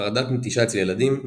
חרדת נטישה אצל ילדים,